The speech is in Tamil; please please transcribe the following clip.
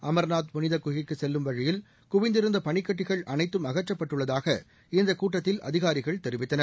அமர்நாத் புளித புகைக்கு செல்லும் வழியில் குவிந்திருந்த பளிக்கட்டிகள் அனைத்தும் அகற்றப்பட்டுள்ளதாக இந்தக் கூட்டத்தில் அதிகாரிகள் தெரிவித்தனர்